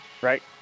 Right